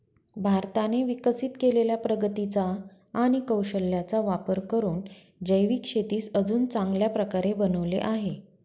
भारताने विकसित केलेल्या प्रगतीचा आणि कौशल्याचा वापर करून जैविक शेतीस अजून चांगल्या प्रकारे बनवले आहे